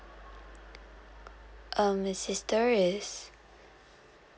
um my sister is